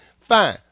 fine